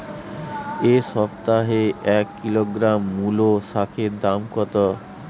এ সপ্তাহে এক কিলোগ্রাম মুলো শাকের দাম কত?